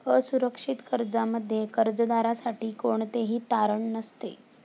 असुरक्षित कर्जामध्ये कर्जदारासाठी कोणतेही तारण नसते